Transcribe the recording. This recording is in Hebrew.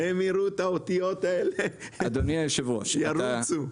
אדוני היו"ר,